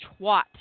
Twat